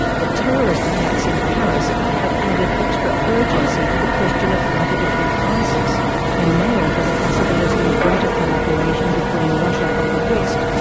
the terrorist attacks in paris have added extra urgency to the question of how to defeat isis and may offer the possibility of greater cooperation between russia and the west,